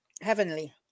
heavenly